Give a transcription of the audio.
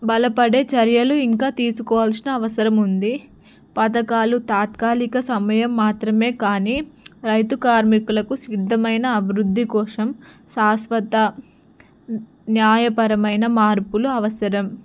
బలపడే చర్యలు ఇంకా తీసుకోవాల్సిన అవసరం ఉంది పథకాలు తాత్కాలిక సమయం మాత్రమే కానీ రైతు కార్మికులకు సిద్ధమైన అభివృద్ధి కోసం శాశ్వత న్యాయపరమైన మార్పులు అవసరం